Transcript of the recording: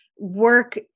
work